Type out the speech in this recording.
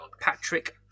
Patrick